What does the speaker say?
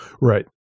Right